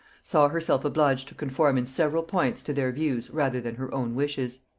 saw herself obliged to conform in several points to their views rather than her own wishes.